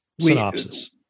synopsis